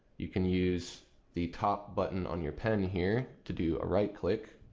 you can use the top button on your pen here to do a right click.